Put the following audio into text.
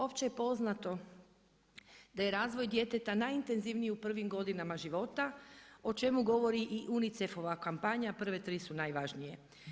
Opće je poznato da je razvoj djeteta najintenzivniji u prvim godinama života o čemu govori i UNICEF-ova kampanja „Prve tri su najvažnije“